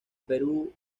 perú